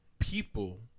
people